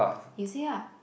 you say ah